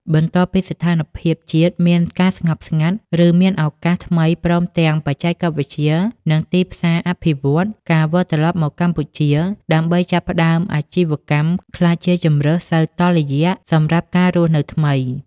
បន្ទាប់ពីស្ថានភាពជាតិមានការស្ងប់ស្ងាត់ ឬមានឱកាសថ្មីព្រមទាំងបច្ចេកវិទ្យា និងទីផ្សារអភិវឌ្ឍន៍ ការវិលត្រឡប់មកកម្ពុជាដើម្បីចាប់ផ្តើមអាជីវកម្មក្លាយជាជម្រើសសូវតុល្យសម្រាប់ការរស់នៅថ្មី។